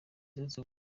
aherutse